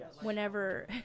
whenever